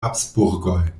habsburgoj